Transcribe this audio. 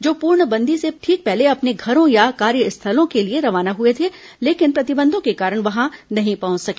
जो पूर्णबंदी से ठीक पहले अपने घरों या कार्यस्थलों के लिए रवाना हुए थे लेकिन प्रतिबंधों के कारण वहां नहीं पहुंच सके